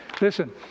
Listen